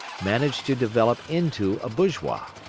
managed to develop into a bourgeois.